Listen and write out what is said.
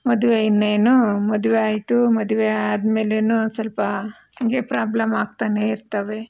ಮದುವೆ ಇನ್ನೇನು ಮದುವೆ ಆಯಿತು ಮದುವೆ ಆದ್ಮೇಲೇನೂ ಸ್ವಲ್ಪ ಹಾಗೆ ಪ್ರಾಬ್ಲಮ್ ಆಗ್ತಾನೆ ಇರ್ತಾವೆ